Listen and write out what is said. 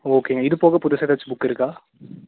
ஓகேங்க இது போக புதுசாக ஏதாச்சும் புக் இருக்கா